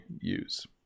use